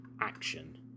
action